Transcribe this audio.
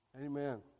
Amen